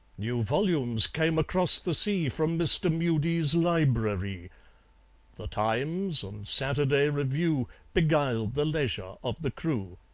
new volumes came across the sea from mister mudie's libraree the times and saturday review beguiled the leisure of the crew.